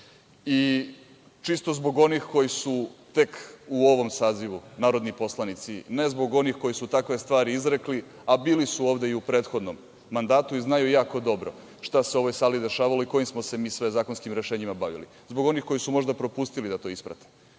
sve. Čisto zbog onih koji su tek u ovom sazivu narodni poslanici, ne zbog onih koji su takve stvari izrekli, a bili su ovde i u prethodnom mandatu i znaju jako dobro šta se u ovoj sali dešavalo i kojim smo se mi sve zakonskim rešenjima bavili, zbog onih koji su možda propustili da to isprate,